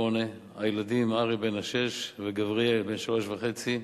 הילדים אריה בן השש וגבריאל בן השלוש וחצי,